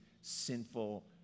sinful